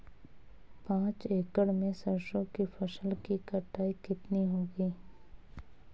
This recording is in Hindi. पांच एकड़ में सरसों की फसल की कटाई कितनी होगी?